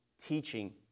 teaching